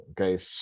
Okay